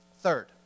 Third